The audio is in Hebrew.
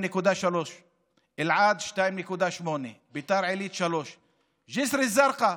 2.3%; אלעד, 2.8%; ביתר עילית, 3%; ג'יסר א-זרקא,